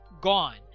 gone